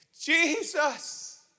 Jesus